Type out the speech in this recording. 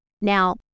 Now